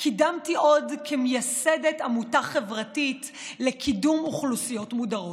קידמתי עוד כמייסדת עמותה חברתית לקידום אוכלוסיות מודרות,